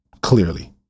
clearly